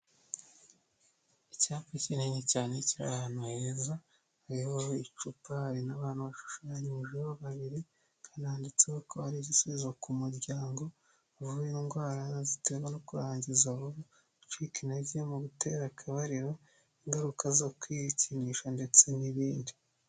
Icyapa kinini cyane kira ahantu heza, hayobowe icupa hari n'abantu bashushanyijeho babiri kandi hananditse ko hari igisubizo ku muryango, havura indwara ziterwa no kurangiza vuba, gucika intege mu gutera, akabariro ingaruka zo kwikinisha ndetse n'ibindi.